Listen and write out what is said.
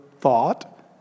thought